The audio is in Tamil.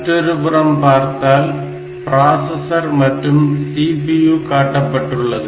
மற்றொருபுறம் பார்த்தால் பிராசஸர் மற்றும் CPU காட்டப்பட்டுள்ளது